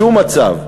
בשום מצב,